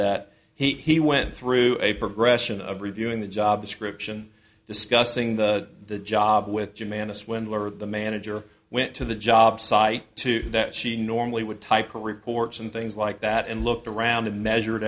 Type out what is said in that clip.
that he went through a progression of reviewing the job description discussing the job with demand a swindler the manager went to the job site to that she normally would type reports and things like that and looked around and measured